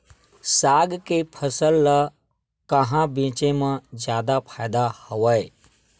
साग के फसल ल कहां बेचे म जादा फ़ायदा हवय?